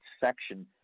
section